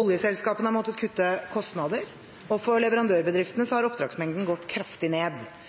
Oljeselskapene har måttet kutte kostnader, og for leverandørbedriftene